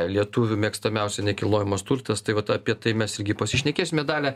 lietuvių mėgstamiausia nekilnojamas turtas tai vat apie tai mes irgi pasišnekėsime dalia